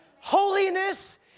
Holiness